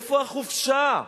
איפה החופשה,